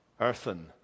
earthen